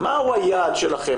מהו היעד שלכם?